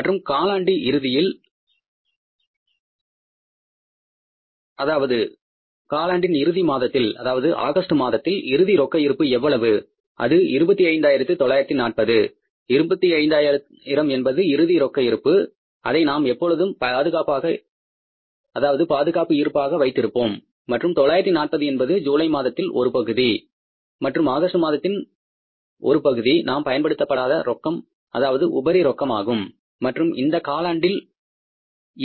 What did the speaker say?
மற்றும் காலாண்டின் இறுதியில் அதாவது காலாண்டின் இறுதி மாதத்தில் அதாவது ஆகஸ்ட் மாதத்தில் இறுதி ரொக்க இருப்பு எவ்வளவு அது 25940 25 ஆயிரம் என்பது இறுதி ரொக்க இருப்பு அதை நாம் எப்பொழுதும் பாதுகாப்புக்கு இருப்பாக வைத்திருப்போம் மற்றும் 940 என்பது ஜூலை மாதத்தில் ஒரு பகுதி மற்றும் ஆகஸ்ட் மாதத்தில் ஒரு பகுதி நாம் பயன்படுத்தப்படாத ரொக்கம் அதாவது உபரி ரொக்கமாகும் மற்றும் இந்த காலாண்டில்